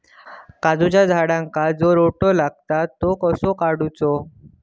काजूच्या झाडांका जो रोटो लागता तो कसो काडुचो?